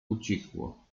ucichło